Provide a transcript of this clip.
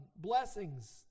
blessings